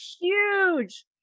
huge